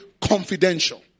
confidential